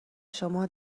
شما